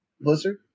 blizzard